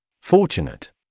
Fortunate